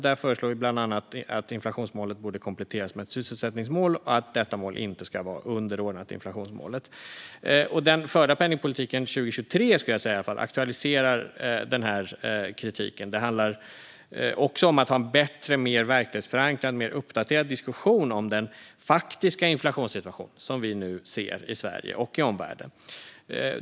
Vi föreslog bland annat att inflationsmålet borde kompletteras med ett sysselsättningsmål och att detta mål inte skulle vara underordnat inflationsmålet. Den förda penningpolitiken 2023 aktualiserar den kritiken. Det handlar också om att ha bättre, mer verklighetsförankrad och uppdaterad diskussion om den faktiska inflationssituation som vi nu ser i Sverige och i omvärlden.